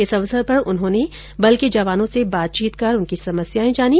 इस अवसर पर उन्होंने बल के जवानों से बातचीत कर उनकी समस्यायें जानी